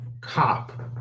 cop